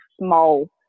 small